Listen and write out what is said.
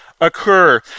occur